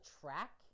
track